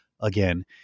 again